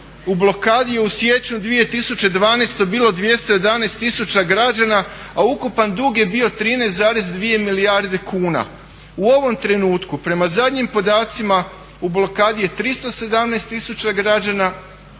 u blokadi je u siječnju 2012. bilo 211 tisuća građana a ukupan dug je bio 13,2 milijarde kuna u ovom trenutku prema zadnjim podacima u blokadi je 317 tisuća građana